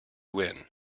win